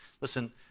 Listen